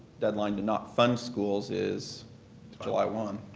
deadline to not fund schools is july one.